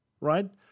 right